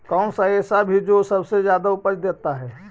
कौन सा ऐसा भी जो सबसे ज्यादा उपज देता है?